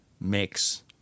mix